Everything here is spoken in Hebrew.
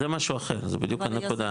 זה משהו אחר, זה בדיוק הנקודה.